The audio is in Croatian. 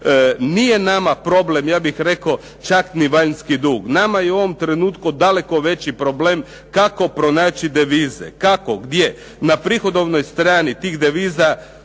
Nije nama problem ja bih rekao čak ni vanjski dug. Nama je u ovom trenutku daleko veći problem kako pronaći devize, kako, gdje. Na prihodovnoj strani tih deviza